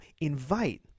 invite